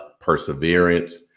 perseverance